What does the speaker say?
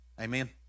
Amen